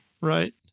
Right